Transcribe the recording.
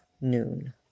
Noon